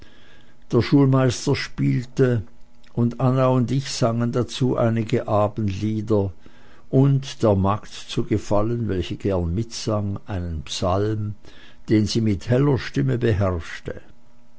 der schulmeister spielte und anna und ich sangen dazu einige abendlieder und der magd zu gefallen welche gern mitsang einen psalm den sie mit heller stimme beherrschte